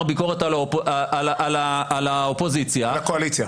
ביקורת על האופוזיציה --- על הקואליציה.